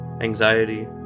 anxiety